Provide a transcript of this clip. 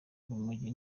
urumogi